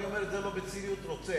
אני אומר את זה לא בציניות, רוצה.